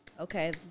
Okay